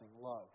love